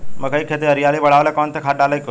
मकई के खेती में हरियाली बढ़ावेला कवन खाद डाले के होई?